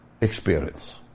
experience